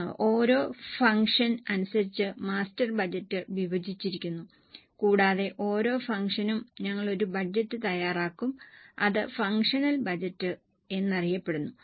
ഇപ്പോൾ ഓരോ ഫംഗ്ഷൻ അനുസരിച്ച് മാസ്റ്റർ ബജറ്റ് വിഭജിച്ചിരിക്കുന്നു കൂടാതെ ഓരോ ഫംഗ്ഷനും ഞങ്ങൾ ഒരു ബജറ്റ് തയ്യാറാക്കും അത് ഫംഗ്ഷണൽ ബജറ്റ് എന്നറിയപ്പെടുന്നു